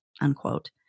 unquote